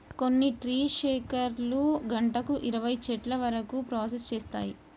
కొన్ని ట్రీ షేకర్లు గంటకు అరవై చెట్ల వరకు ప్రాసెస్ చేస్తాయి